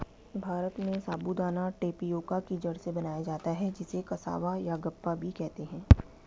भारत में साबूदाना टेपियोका की जड़ से बनाया जाता है जिसे कसावा यागप्पा भी कहते हैं